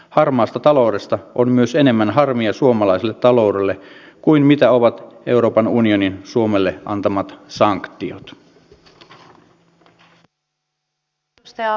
harmaasta taloudesta myös on harmia suomalaiselle taloudelle enemmän kuin mitä ovat euroopan unionin suomelle antamat sanktiot